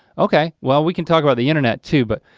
okay, well, we can talk about the internet too. but